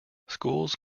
schools